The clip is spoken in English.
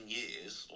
years